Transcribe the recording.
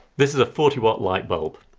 this is a forty watt light bulb.